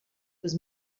was